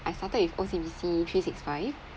I started with O_C_B_C three six five